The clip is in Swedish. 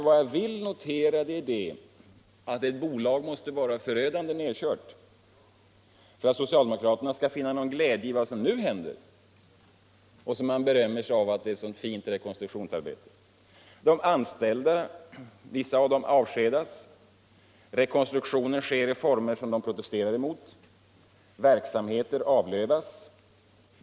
Vad jag vill notera är att ett bolag måste vara förödande nerkört för att socialdemokraterna skall finna någon glädje i vad som nu händer och som beröms såsom ett mycket fint rekonstruktionsarbete. Anställda avskedas och rekonstruktionen sker i former som dessa protesterar mot. Verksamheter avlövas.